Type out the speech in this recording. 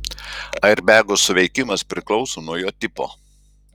airbego suveikimas priklauso nuo jo tipo